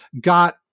got